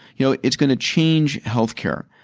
you know is going to change healthcare.